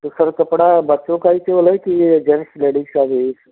तो फिर कपड़ा बच्चों का हीं है की जेन्ट्स लेडीज का भी है